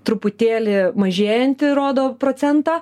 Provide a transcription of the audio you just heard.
truputėlį mažėjantį rodo procentą